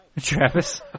Travis